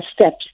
steps